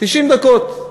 90 דקות.